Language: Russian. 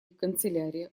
канцелярия